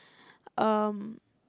um